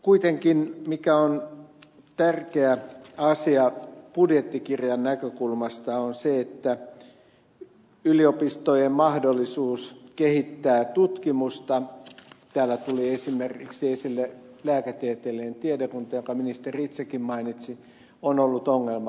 kuitenkin mikä on tärkeä asia budjettikirjan näkökulmasta on se että yliopistojen mahdollisuus kehittää tutkimusta täällä tuli esimerkiksi esille lääketieteellinen tiedekunta jonka ministeri itsekin mainitsi on ollut ongelmallista